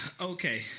Okay